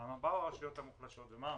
באו הרשויות המוחלשות ואמרו: